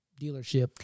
dealership